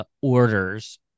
orders